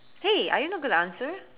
hey are you not going to answer